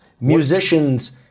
Musicians